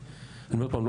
אני אומר עוד פעם,